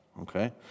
okay